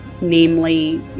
namely